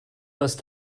hast